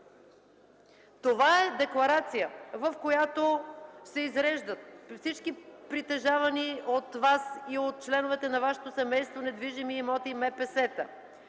Това е декларация, в която се изреждат всички притежавани от Вас и от членовете на Вашето семейство недвижими имоти и